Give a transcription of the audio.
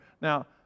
Now